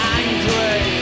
angry